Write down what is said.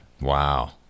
Wow